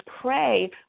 pray